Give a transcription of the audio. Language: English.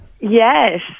Yes